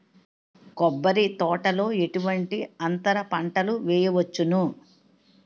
కొబ్బరి తోటలో ఎటువంటి అంతర పంటలు వేయవచ్చును?